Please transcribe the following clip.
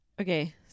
Okay